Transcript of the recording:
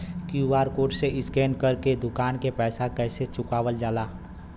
QR code से scan कर के दुकान के पैसा कैसे चुकावल जाला?